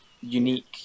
unique